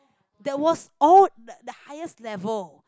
that was all the highest level